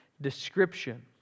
description